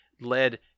led